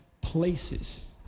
places